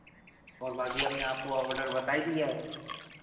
और बाँकी हमने आपको ऑर्डर बता ही दिया है